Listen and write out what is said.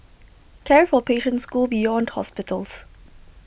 care for patients go beyond hospitals